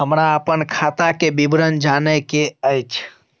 हमरा अपन खाता के विवरण जानय के अएछ?